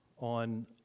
on